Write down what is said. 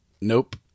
Nope